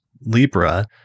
Libra